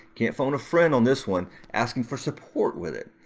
can't phone a friend on this one asking for support with it.